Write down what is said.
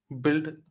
build